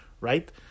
right